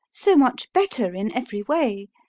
so much better in every way.